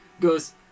Goes